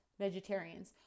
vegetarians